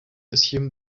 assume